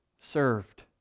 served